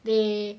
they